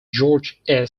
george